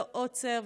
לא עוצר,